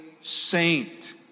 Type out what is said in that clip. saint